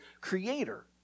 creator